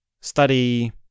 study